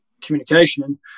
communication